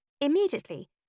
Immediately